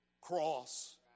cross